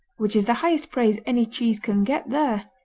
which is the highest praise any cheese can get there.